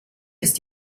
ist